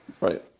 Right